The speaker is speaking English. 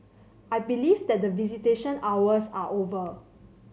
I believe that visitation hours are over